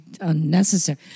unnecessary